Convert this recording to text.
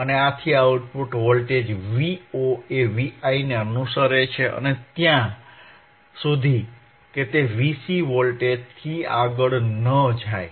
આથી output voltage Vo એ Vi ને અનુસરે છે અને ત્યા સુધી કે તે Vc વોલ્ટેજથી આગળ ન જાય